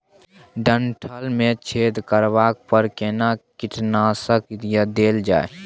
डंठल मे छेद करबा पर केना कीटनासक देल जाय?